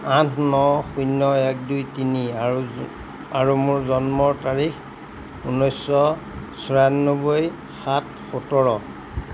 আঠ ন শূন্য এক দুই তিনি আৰু মোৰ জন্ম তাৰিখ ঊনৈশ ছয়ানব্বৈ সাত সোতৰ